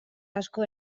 asko